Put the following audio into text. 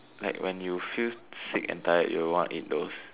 like when you feel sick and tired you will want to eat those